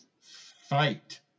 Fight